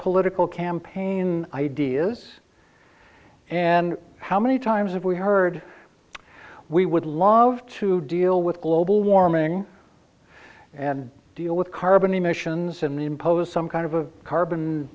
political campaign ideas and how many times have we heard we would love to deal with global warming and deal with carbon emissions in the impose some kind of a carbon